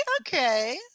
okay